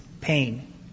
pain